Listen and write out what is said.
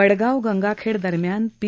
वडगाव गंगाखेड दरम्यान पी